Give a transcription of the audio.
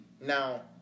Now